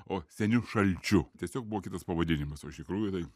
o seniu šalčiu tiesiog buvo kitas pavadinimas o iš tikrųjų tai